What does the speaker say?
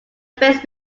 face